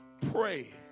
pray